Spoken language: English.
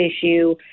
issue